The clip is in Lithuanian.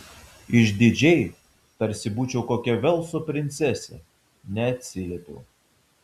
išdidžiai tarsi būčiau kokia velso princesė neatsiliepiau